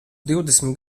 divdesmit